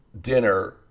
dinner